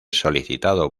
solicitado